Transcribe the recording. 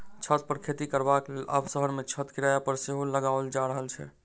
छत पर खेती करबाक लेल आब शहर मे छत किराया पर सेहो लगाओल जा रहल छै